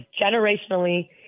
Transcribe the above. generationally